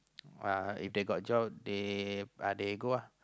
uh if they got job they they go ah